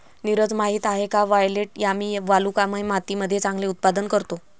नीरज माहित आहे का वायलेट यामी वालुकामय मातीमध्ये चांगले उत्पादन करतो?